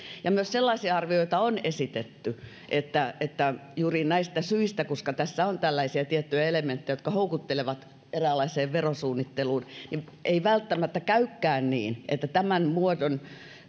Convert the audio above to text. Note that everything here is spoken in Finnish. ja myös sellaisia arvioita on esitetty että että juuri näistä syistä koska tässä on tällaisia tiettyjä elementtejä jotka houkuttelevat eräänlaiseen verosuunnitteluun ei välttämättä käykään niin että tämän muodon